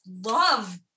love